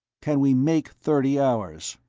can we make thirty hours?